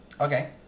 okay